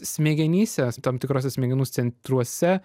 smegenyse tam tikruose smegenų centruose